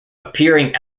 appearing